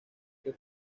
que